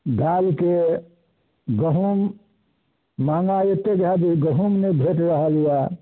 दालिके गहुम महँगाइ एते रहै जे गहुम नहि भेट रहल यऽ